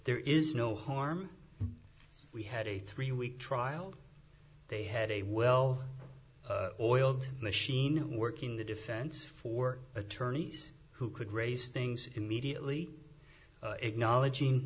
there is no harm we had a three week trial they had a well oiled machine working the defense for attorneys who could raise things immediately acknowledging